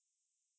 really